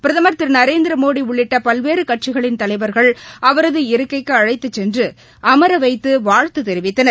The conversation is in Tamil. பிரதமர் திரு நரேந்திரமோடி உள்ளிட்ட பல்வேறு கட்சிகளின் தலைவர்கள் அவரது இருக்கைக்கு அழைத்துச் சென்று அமர வைத்து வாழ்த்து தெரிவித்தனர்